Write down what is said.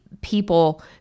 people